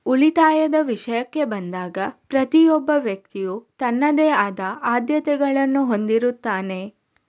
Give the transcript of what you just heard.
ಉಳಿತಾಯದ ವಿಷಯಕ್ಕೆ ಬಂದಾಗ ಪ್ರತಿಯೊಬ್ಬ ವ್ಯಕ್ತಿಯು ತನ್ನದೇ ಆದ ಆದ್ಯತೆಗಳನ್ನು ಹೊಂದಿರುತ್ತಾನೆ